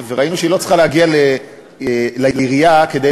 וראינו שהיא לא צריכה להגיע לעירייה כדי